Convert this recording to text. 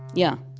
yeah